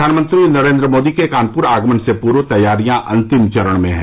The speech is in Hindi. प्रधानमंत्री नरेंद्र मोदी के कानपुर आगमन से पूर्व तैयारियां अंतिम चरण में हैं